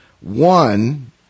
One